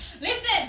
Listen